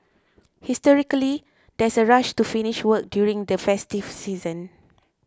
historically there's a rush to finish work during the festive season